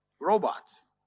Robots